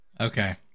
Okay